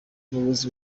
umuyobozi